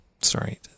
sorry